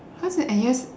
cause in N_U_S